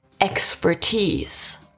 expertise